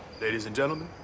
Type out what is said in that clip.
ladies and gentlemen,